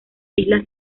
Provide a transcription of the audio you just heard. islas